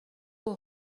اوه